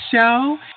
show